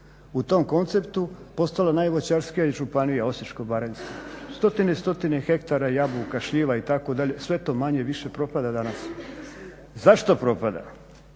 u tom konceptu postala najvoćarskija i Županija osječko-baranjska. Stotine i stotine hektara jabuka, šljiva itd. sve to manje-više propada danas. Zašto propada?